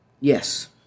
yes